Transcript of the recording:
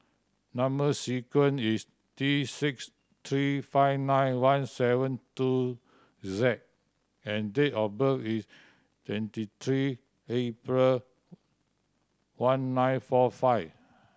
number sequence is T six three five nine one seven two Z and date of birth is twenty three April one nine four five